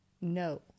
no